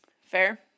Fair